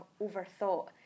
overthought